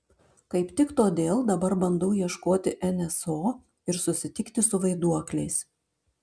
kaip tik todėl dabar bandau ieškoti nso ir susitikti su vaiduokliais